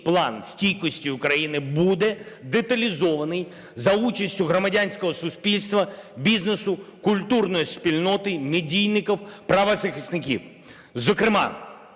план стійкості України буде деталізований за участю громадянського суспільства, бізнесу, культурної спільноти, медійників, правозахисників. Зокрема